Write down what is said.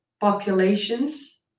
populations